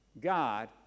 God